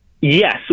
Yes